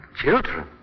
Children